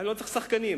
לא צריך שחקנים.